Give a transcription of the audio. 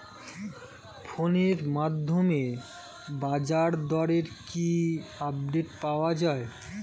ফোনের মাধ্যমে বাজারদরের কি আপডেট পাওয়া যায়?